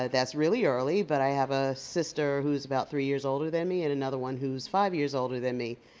ah that's really early but i have a sister who's about three years older than me and another one who's five years old than me,